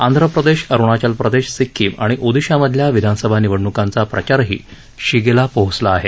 आंध्रप्रदेश अरुणाचल प्रदेश सिक्कीम आणि ओदिशा मधल्या विधानसभा निवडणुकांचा प्रचारही शिगेला पोहोचला आहे